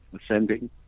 ascending